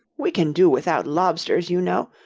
we can do without lobsters, you know.